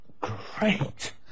great